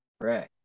right